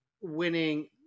winning